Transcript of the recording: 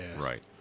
Right